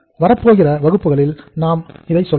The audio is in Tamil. வரப்போகிற வகுப்புகளிலும் நாம் இதை சொல்லலாம்